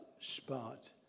spot